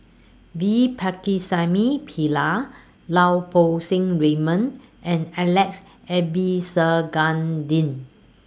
V Pakirisamy Pillai Lau Poo Seng Raymond and Alex Abisheganaden